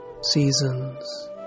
seasons